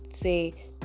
say